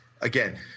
Again